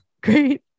Great